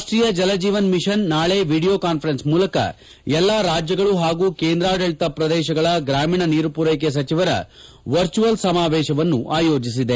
ರಾಷ್ತೀಯ Jal Jeevan mission ನಾಳಿ video conference ಮೂಲಕ ಎಲ್ಲಾ ರಾಜ್ಯಗಳು ಹಾಗೂ ಕೇಂದ್ರಾಡಳಿತ ಪ್ರದೇಶಗಳ ಗ್ರಾಮೀಣ ನೀರು ಪೂರೈಕೆ ಸಚಿವರ ವರ್ಚುವಲ್ ಸಮಾವೇಶ ಅಯೋಜಿಸಿದೆ